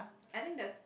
I think there's